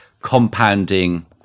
compounding